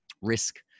risk